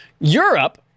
Europe